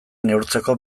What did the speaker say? neurtzeko